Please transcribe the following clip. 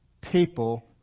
people